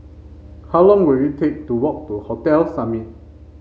how long will it take to walk to Hotel Summit